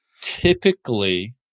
typically